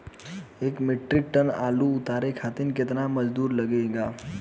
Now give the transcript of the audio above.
एक metric tonne आलू उतारे खातिर केतना मजदूरी लागेला?